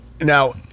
Now